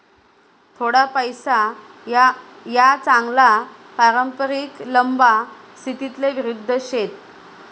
थोडा पैसा या चांगला पारंपरिक लंबा स्थितीले विरुध्द शेत